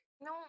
no